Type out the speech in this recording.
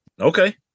Okay